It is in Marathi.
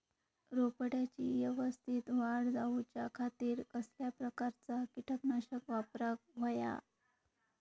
रोपट्याची यवस्तित वाढ जाऊच्या खातीर कसल्या प्रकारचा किटकनाशक वापराक होया?